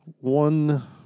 one